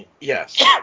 Yes